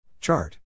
Chart